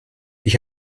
ich